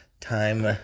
time